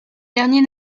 dernier